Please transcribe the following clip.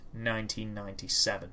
1997